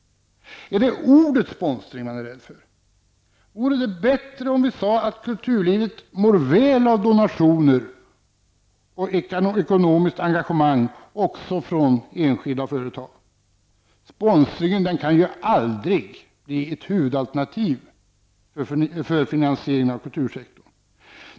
Är det ordet sponsring man är rädd för? Vore det bättre om man sade att kulturlivet mår väl av donationer och ekonomiskt engagemang även från enskilda företag? Sponsring kan aldrig kan bli ett huvudalternativ för finansiering av kultursektorn.